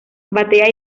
batea